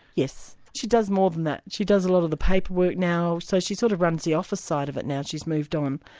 yes. she does more than that. she does a lot of the paperwork now, so she sort of runs the office side of it now, she's moved on.